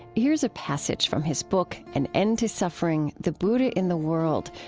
here's a passage from his book an end to suffering the buddha in the world,